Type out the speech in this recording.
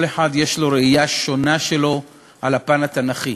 כל אחד יש לו ראייה שלו על הפן התנ"כי,